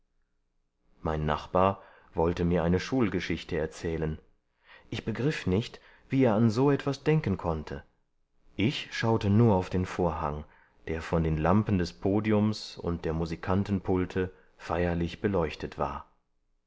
mein nachbar wollte mir eine schulgeschichte erzählen ich begriff nicht wie er an so etwas denken konnte ich schaute nur auf den vorhang der von den lampen des podiums und der musikantenpulte feierlich beleuchtet war